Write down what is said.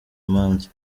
manza